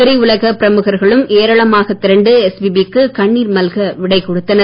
திரைஉலகப் பிரமுகர்களும் ஏராளமாகத் திரண்டு எஸ்பிபி க்கு கண்ணீர் மல்க விடைகொடுத்தனர்